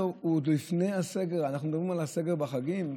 ועוד לפני הסגר: אנחנו מדברים על הסגר בחגים?